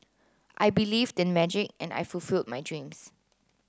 I believed in magic and I fulfilled my dreams